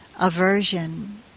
aversion